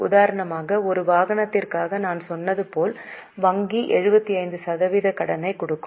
உதாரணமாக ஒரு வாகனத்திற்காக நான் சொன்னது போல் வங்கி 75 சதவீத கடனைக் கொடுக்கும்